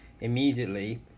immediately